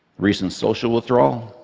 recent social withdrawal